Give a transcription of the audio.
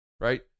right